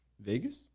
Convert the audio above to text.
Vegas